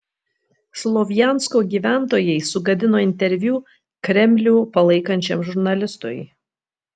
slovjansko gyventojai sugadino interviu kremlių palaikančiam žurnalistui